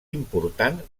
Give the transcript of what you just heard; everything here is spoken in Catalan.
important